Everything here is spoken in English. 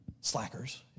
Slackers